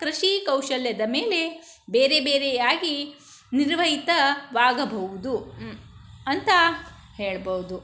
ಕೃಷಿ ಕೌಶಲ್ಯದ ಮೇಲೆ ಬೇರೆ ಬೇರೆಯಾಗಿ ನಿರ್ವಹಿತವಾಗಬೌದು ಅಂತ ಹೇಳ್ಬೌದು